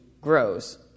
grows